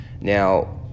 now